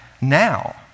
now